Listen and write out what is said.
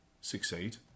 succeed